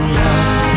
love